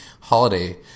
holiday